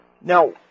Now